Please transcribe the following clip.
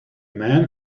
man